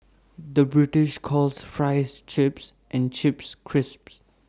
the British calls Fries Chips and Chips Crisps